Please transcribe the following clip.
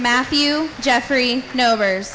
matthew jeffrey no over